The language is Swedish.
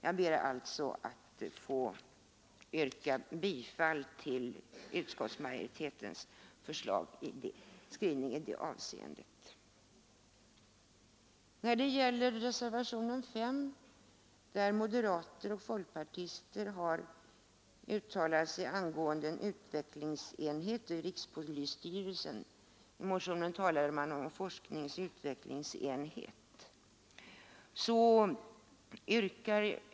Jag ber alltså att få yrka bifall till utskottsmajoritetens skrivning i det avseendet. I reservationen 5 har moderater och folkpartister uttalat sig angående en utvecklingsenhet vid rikspolisstyrelsen — i motionen talade man om en forskningsoch utvecklingsenhet.